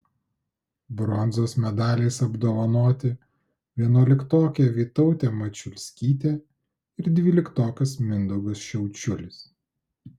bronzos medaliais apdovanoti vienuoliktokė vytautė mačiulskytė ir dvyliktokas mindaugas šiaučiulis